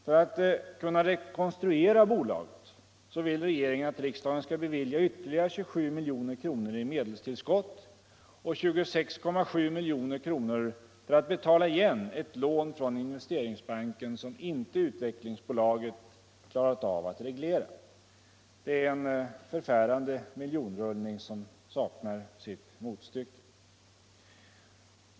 För att kunna rekonstruera bolaget vill regeringen att riksdagen skall bevilja ytterligare 27 milj.kr. i medelstillskott och 26,7 milj.kr. för att betala igen ett lån från Investeringsbanken som Utvecklingsaktiebolaget inte klarat av att reglera. Det är en förfärande miljonrullning som saknar motstycke.